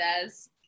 says